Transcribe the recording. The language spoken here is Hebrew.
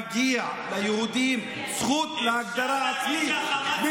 מגיע ליהודים זכות להגדרה עצמית.